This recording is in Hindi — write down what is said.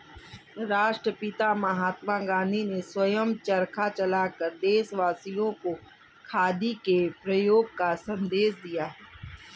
राष्ट्रपिता महात्मा गांधी ने स्वयं चरखा चलाकर देशवासियों को खादी के प्रयोग का संदेश दिया